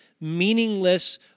meaningless